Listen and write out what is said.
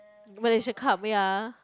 Malaysia-Cup ya